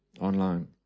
online